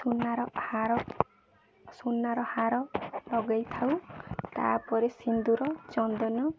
ସୁନାର ହାର ସୁନାର ହାର ଲଗେଇ ଥାଉ ତା'ପରେ ସିନ୍ଦୁର ଚନ୍ଦନ